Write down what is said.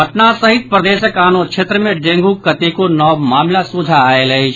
पटना सहित प्रदेशक आनो क्षेत्र मे डेंग्रक कतेको नव मामिला सोझा आयल अछि